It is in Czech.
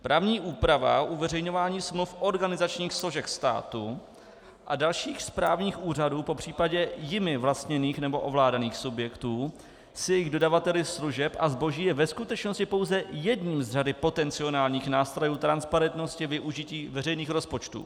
Právní úprava uveřejňování smluv organizačních složek státu a dalších správních úřadů, popřípadě jimi vlastněných nebo ovládaných subjektů s jejich dodavateli služeb a zboží, je ve skutečnosti pouze jedním z řady potenciálních nástrojů transparentnosti využití veřejných rozpočtů.